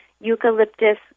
Eucalyptus